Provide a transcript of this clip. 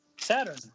Saturn